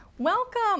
Welcome